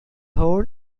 hole